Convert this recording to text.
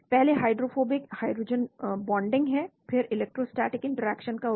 पहले hydrophobic hydrogen bonding है फिर इलेक्ट्रोस्टैटिक इंटरैक्शन का उपयोग करें